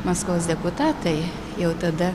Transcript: maskvos deputatai jau tada